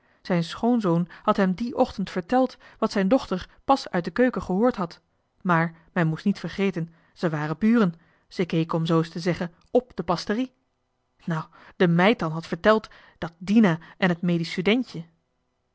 zijn schoonzoon had hem dien ochtend verteld wat zijn dochter pas uit de keuken gehoord had maar men moest niet vergeten ze waren buren ze keken om zoo es te zeggen p de pasterie nou de meid dan had verteld dat dina en het